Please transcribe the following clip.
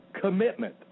commitment